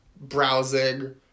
browsing